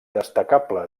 destacable